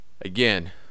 again